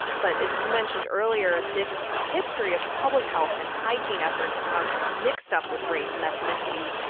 but, as you mentioned earlier, this history of public health and hygiene efforts and how it gets mixed up with race and ethnicity,